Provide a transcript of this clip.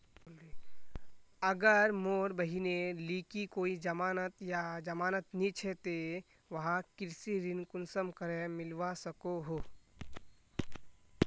अगर मोर बहिनेर लिकी कोई जमानत या जमानत नि छे ते वाहक कृषि ऋण कुंसम करे मिलवा सको हो?